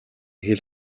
хэл